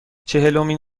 چهلمین